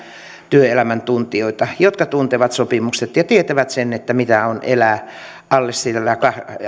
työelämän tuntijoita jotka tuntevat sopimukset ja tietävät mitä on elää